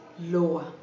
lower